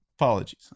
apologies